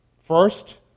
First